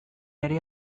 ere